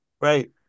Right